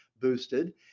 boosted